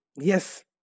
yes